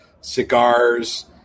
cigars